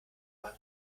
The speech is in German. euren